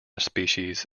species